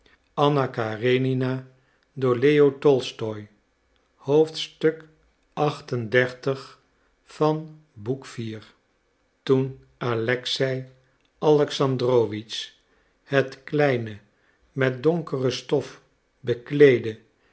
toen alexei alexandrowitsch het kleine met donkere stof bekleede